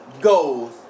Goes